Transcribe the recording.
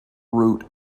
route